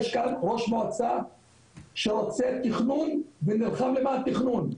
יש כאן ראש מועצה שרוצה תכנון ונלחם למען התכנון,